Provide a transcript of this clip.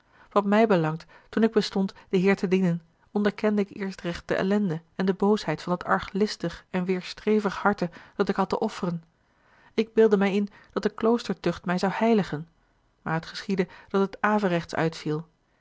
wat mij belangt toen ik bestond den heer te dienen onderkende ik eerst recht de ellende en de boosheid van dat arglistig en weêrstrevig harte dat ik had te offeren ik beeldde mij in dat de kloostertucht mij zou heiligen maar het geschiedde dat het averechts uitviel